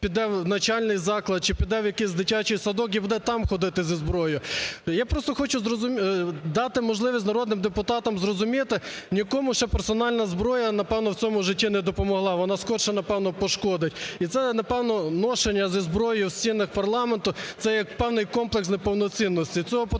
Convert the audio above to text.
піде в навчальний заклад чи піде в якийсь дитячий садок і буде там ходити зі зброєю. Я просто хочу дати можливість народним депутатам зрозуміти, нікому ще персональна зброя, напевно, в цьому житті не допомогла, вона скоріше, напевно, нашкодить. І це, напевно, ношення зі зброєю в стінах парламенту – це як певний комплекс неповноцінності.